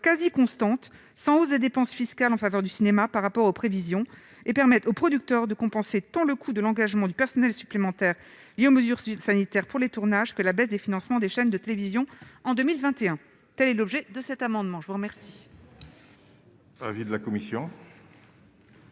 quasi constante sans hausse des dépenses fiscales en faveur du cinéma par rapport aux prévisions et permettent aux producteurs de compenser tant le coût de l'engagement du personnel supplémentaire liée aux mesures suite sanitaire pour les tournages, que la baisse des financements des chaînes de télévision en 2021, telle est l'objet de cet amendement, je vous remercie.